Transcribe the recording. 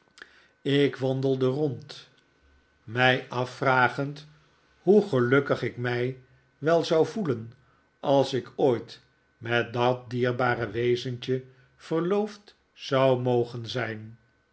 ik wandelde rond mij afvragend hoe gelukkig ik mij wel zou voelen als ik ooit met dat dierbare wezentje verloofd zou mogen zijn